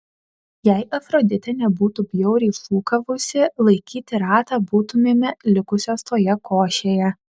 jei afroditė nebūtų bjauriai šūkavusi laikyti ratą būtumėme likusios toje košėje